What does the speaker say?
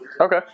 Okay